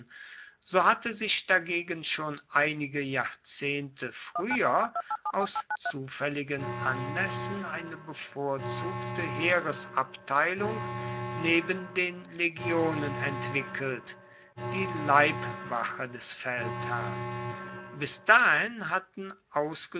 so hatte sich dagegen schon einige jahrzehnte früher aus zufälligen anlässen eine bevorzugte heeresabteilung neben den legionen entwickelt die leibwache des feldherrn bis dahin hatten